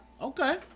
Okay